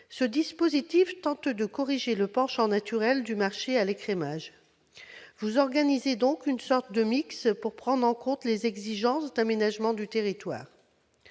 Ce dispositif vise à corriger la tendance naturelle du marché à l'écrémage : vous organisez une sorte de pour prendre en compte les exigences d'aménagement du territoire.